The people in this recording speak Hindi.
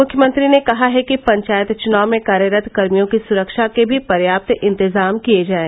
मुख्यमंत्री ने कहा है कि पंचायत चुनाव में कार्यरत कर्मियों की सुरक्षा के भी पर्याप्त इंतजाम किये जाये